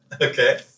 Okay